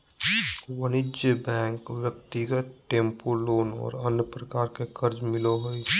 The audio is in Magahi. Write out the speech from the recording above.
वाणिज्यिक बैंक ब्यक्तिगत टेम्पू लोन और अन्य प्रकार के कर्जा मिलो हइ